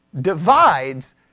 divides